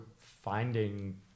finding